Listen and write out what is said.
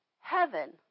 heaven